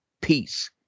peace